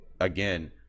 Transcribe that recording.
again